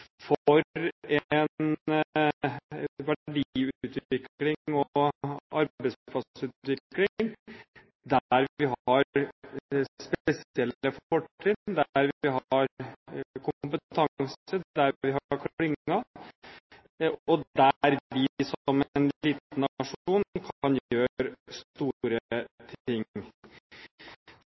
for en verdiutvikling og arbeidsplassutvikling der vi har spesielle fortrinn, der vi har kompetanse, der vi har klynger, og der vi som en liten nasjon kan gjøre store